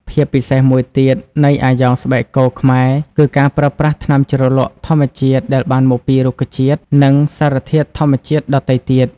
ភាពពិសេសមួយទៀតនៃអាយ៉ងស្បែកគោខ្មែរគឺការប្រើប្រាស់ថ្នាំជ្រលក់ធម្មជាតិដែលបានមកពីរុក្ខជាតិនិងសារធាតុធម្មជាតិដទៃទៀត។